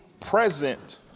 present